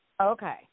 Okay